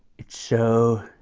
it's so.